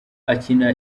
akina